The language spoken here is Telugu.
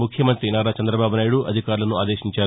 ముఖ్యమంతి నారా చందబాబునాయుడు అధికారులను ఆదేశించారు